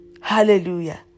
Hallelujah